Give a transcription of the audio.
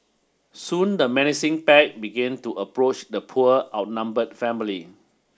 soon the menacing pack began to approach the poor outnumbered family